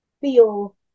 feel